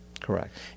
correct